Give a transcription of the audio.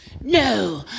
no